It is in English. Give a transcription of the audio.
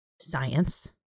science